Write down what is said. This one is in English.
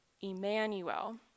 Emmanuel